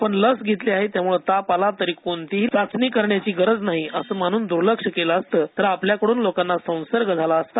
आपण लस घेतली आहे त्यामुळे ताप आला तरी कोणतीही चाचणी करण्याची गरज नाही अस मानून दूर्लक्ष केले असत तर आपल्याकडून लोकांना संसर्ग झाला असता